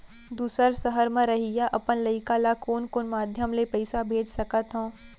दूसर सहर म रहइया अपन लइका ला कोन कोन माधयम ले पइसा भेज सकत हव?